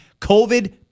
COVID